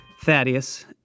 Thaddeus